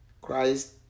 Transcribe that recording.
Christ